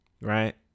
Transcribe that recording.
right